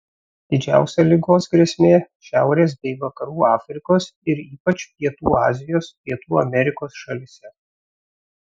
didžiausia ligos grėsmė šiaurės bei vakarų afrikos ir ypač pietų azijos pietų amerikos šalyse